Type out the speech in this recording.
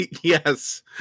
Yes